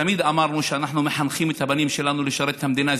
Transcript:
ותמיד אמרנו שאנחנו מחנכים את הבנים שלנו לשרת את המדינה.